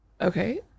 okay